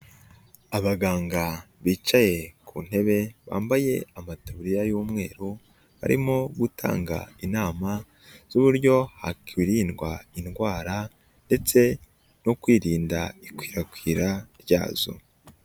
Abaganga bicaye ku ntebe bambaye amatuburiya y'umweru, barimo gutanga inama z'uburyo hakiririndwa indwara ndetse no kwirinda ikwirakwira ryazo.